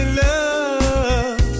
love